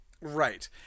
Right